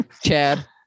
Chad